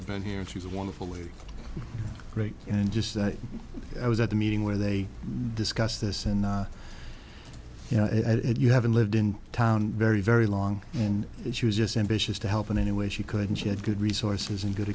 i've been here and she's wonderfully great and just that i was at the meeting where they discuss this and you know it you haven't lived in town very very long and that you just ambitious to help in any way she could and she had good resources and good